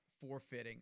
forfeiting